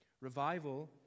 Revival